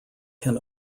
can